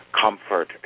comfort